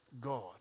God